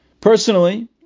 Personally